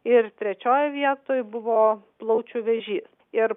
ir trečioj vietoj buvo plaučių vėžys ir